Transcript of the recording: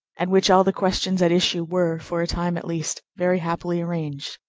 at which all the questions at issue were, for a time at least, very happily arranged.